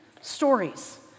stories